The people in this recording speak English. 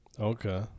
Okay